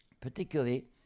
particularly